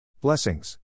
Blessings